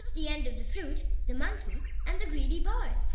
the end of the fruit, the monkey and the greedy boy!